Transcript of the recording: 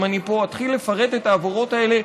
אם אני אתחיל לפרט את העבירות האלה,